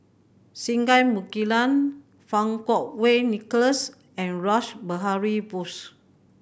Singai Mukilan Fang Kuo Wei Nicholas and Rash Behari Bose